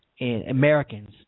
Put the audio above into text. Americans